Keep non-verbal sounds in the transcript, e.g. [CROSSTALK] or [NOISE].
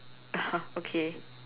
[LAUGHS] okay